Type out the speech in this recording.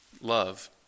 Love